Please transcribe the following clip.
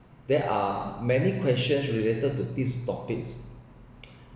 there are many questions related to this topic